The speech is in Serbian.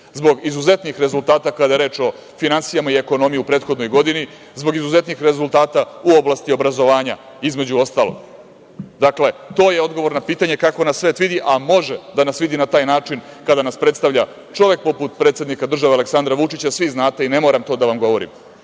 Zbog izuzetnih rezultata kada je reč o finansijama i ekonomiji u prethodnoj godini, zbog izuzetnih rezultata u oblasti obrazovanja između ostalog. Dakle, to je odgovor na pitanje kako nas svet vidi, a može da nas vidi na taj način kada nas predstavlja poput predsednika države, Aleksandar Vučić, svi znate i ne moram to da vam govorim,